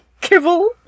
kibble